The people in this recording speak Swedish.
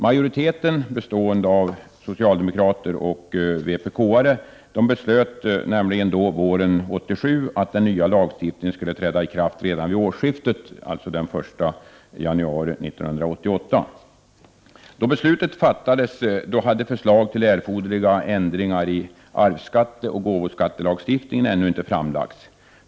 Majoriteten, bestående av socialdemokrater och vpk-are, beslöt nämligen våren 1987 att den nya lagen skulle träda i kraft vid årsskiftet, alltså den 1 januari 1988. Då beslutet 127 fattades hade förslag till erforderliga ändringar i arvsskatteoch gåvoskattelagstiftningen ännu inte framlagts.